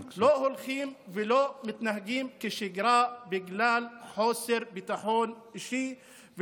הם לא הולכים ולא מתנהגים כשגרה בגלל חוסר ביטחון אישי.